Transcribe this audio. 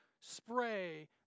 spray